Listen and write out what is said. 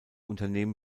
unternehmen